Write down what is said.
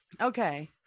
Okay